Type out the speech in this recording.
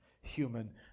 human